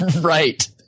right